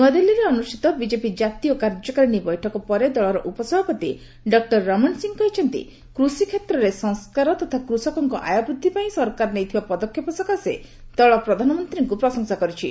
ନୂଆଦିଲ୍ଲୀରେ ଆଜି ଅନୁଷ୍ଠିତ ବିକେପି ଜାତୀୟ କାର୍ଯ୍ୟକାରିଣୀ ବୈଠକ ପରେ ଦଳର ଉପସଭାପତି ଡକ୍କର ରମଣ ସିଂହ କହିଛନ୍ତି କୁଷିକ୍ଷେତ୍ରରେ ସଂସ୍କାର ତଥା କୃଷକଙ୍କ ଆୟ ବୃଦ୍ଧି ପାଇଁ ସରକାର ନେଇଥିବା ପଦକ୍ଷେପ ସକାଶେ ଦଳ ପ୍ରଧାନମନ୍ତ୍ରୀଙ୍କୁ ପ୍ରଶଂସା କରିଛି